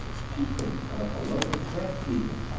she couldn't cut up a loaf of bread decent.